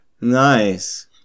Nice